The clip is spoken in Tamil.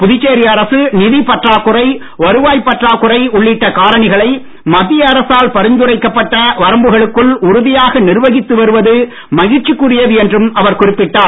புதுச்சேரி அரசு நிதி பற்றாக்குறை வருவாய் பற்றாக்குறை உள்ளிட்ட காரணிகளை மத்திய அரசால் பரிந்துரைக்கப்பட்ட வரம்புகளுக்குள் உறுதியாக நிர்வகித்து வருவது மகிழ்ச்சிக்குரியது என்றும் அவர் குறிப்பிட்டார்